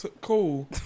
Cool